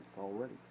already